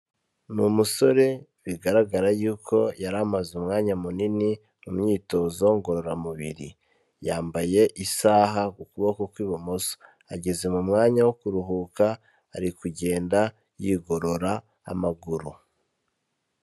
Ni umusore bigaragara y'uko yari amaze umwanya munini mu myitozo ngororamubiri, yambaye isaha ku kuboko kw'ibumoso, ageze mu mwanya wo kuruhuka ari kugenda yigorora amaguru.